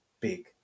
big